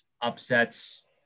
upsets